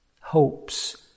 hopes